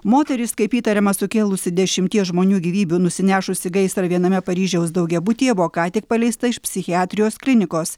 moteris kaip įtariama sukėlusi dešimties žmonių gyvybių nusinešusį gaisrą viename paryžiaus daugiabutyje buvo ką tik paleista iš psichiatrijos klinikos